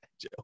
Joe